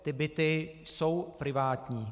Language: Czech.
Ty byty jsou privátní.